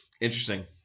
interesting